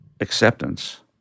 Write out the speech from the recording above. acceptance